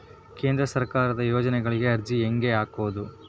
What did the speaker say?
ಕೇಂದ್ರ ಸರ್ಕಾರದ ಯೋಜನೆಗಳಿಗೆ ಅರ್ಜಿ ಹೆಂಗೆ ಹಾಕೋದು?